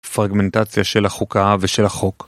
פרגמנטציה של החוקה, ושל החוק.